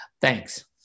thanks